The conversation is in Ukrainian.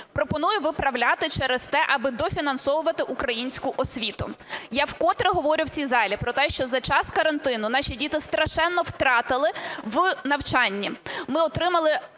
Пропоную виправляти через те, аби дофінансовувати українську освіту. Я вкотре говорю в цій залі про те, що за час карантину наші діти страшенно втратили в навчанні. Ми отримали